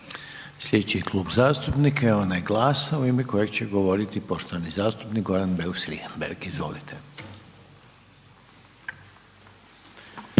Slijedeći klub zastupnika je onaj GLAS-a u ime kojeg će govoriti poštovani zastupnik Goran Beus Richembergh, izvolite.